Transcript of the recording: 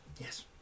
Yes